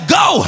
go